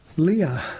Leah